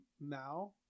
now